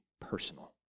personal